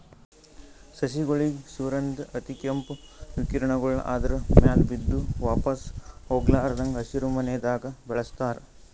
ಸಸಿಗೋಳಿಗ್ ಸೂರ್ಯನ್ದ್ ಅತಿಕೇಂಪ್ ವಿಕಿರಣಗೊಳ್ ಆದ್ರ ಮ್ಯಾಲ್ ಬಿದ್ದು ವಾಪಾಸ್ ಹೊಗ್ಲಾರದಂಗ್ ಹಸಿರಿಮನೆದಾಗ ಬೆಳಸ್ತಾರ್